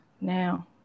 now